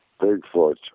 Bigfoot